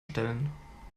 stellen